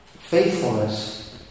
Faithfulness